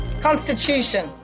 Constitution